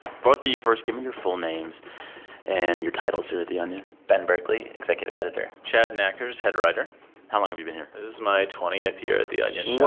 both of you, first, give me your full names and your titles here at the onion ben berkley, executive editor chad nackers, head writer how long have you been here? this is my twentieth year at the onion